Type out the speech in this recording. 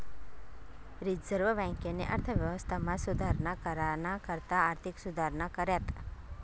reserve बँकेनी अर्थव्यवस्थामा सुधारणा कराना करता आर्थिक सुधारणा कऱ्यात